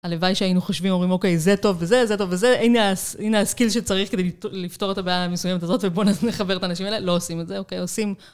הלוואי שהיינו חושבים, אומרים אוקיי, זה טוב וזה, זה טוב וזה, הנה הסקיל שצריך כדי לפתור את הבעיה המסוימת הזאת, ובוא נחבר את האנשים האלה, לא עושים את זה, אוקיי, עושים.